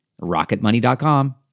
Rocketmoney.com